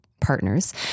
partners